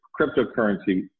cryptocurrency